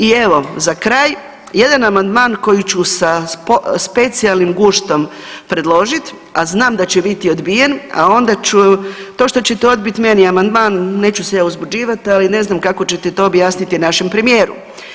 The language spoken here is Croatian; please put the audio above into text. I evo za kraj, jedan amandman koji ću sa specijalnim guštom predložiti, a znam da će biti odbijen, a onda ću to što ćete odbiti meni amandman neću se ja uzbuđivati ali ne znam kako ćete to objasniti našem premijeru.